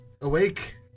awake